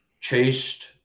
chased